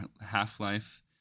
half-life